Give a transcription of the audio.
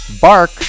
Bark